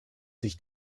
sich